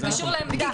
זה קשור לעמדה.